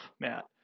Matt